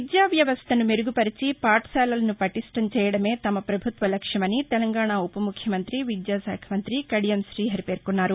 విద్యావ్యవస్థను మెరుగుపరిచి పాఠశాలలను పటిష్ణం చేయడమే తమ పభుత్వ లక్ష్యమని తెలంగాణ రాష్ట ఉప ముఖ్యమంత్రి విద్యాశాఖమంత్రి కడియం రీహరి పేర్కొన్నారు